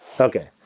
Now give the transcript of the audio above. Okay